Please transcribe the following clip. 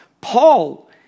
Paul